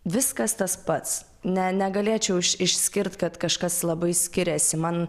viskas tas pats ne negalėčiau išskirt kad kažkas labai skiriasi man